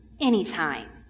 anytime